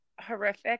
horrific